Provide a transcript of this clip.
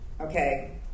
okay